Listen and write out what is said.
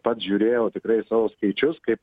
pats žiūrėjau tikrai savo skaičius kaip